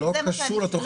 כן, זה מה שהיא אומרת.